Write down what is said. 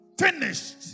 Finished